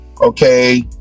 Okay